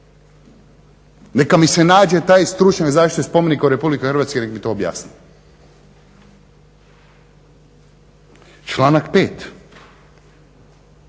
Neka mi se nađe taj stručnjak zaštite spomenika u Republici Hrvatskoj neka mi to objasni. Članak 5.